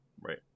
Right